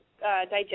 digest